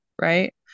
right